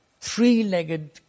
three-legged